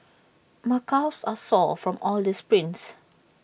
my calves are sore from all the sprints